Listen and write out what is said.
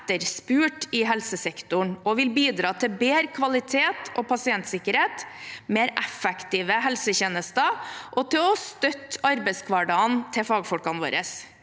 etterspurt i helsesektoren og vil bidra til bedre kvalitet og pasientsikkerhet, mer effektive helsetjenester og til å støtte arbeidshverdagen til fagfolkene våre.